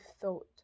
thought